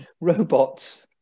Robots